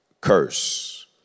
curse